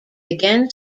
again